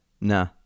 nah